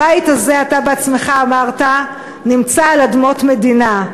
הבית הזה, אתה עצמך אמרת, נמצא על אדמות מדינה.